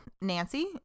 Nancy